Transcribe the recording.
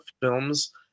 films